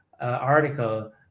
article